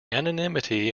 anonymity